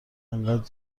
انقد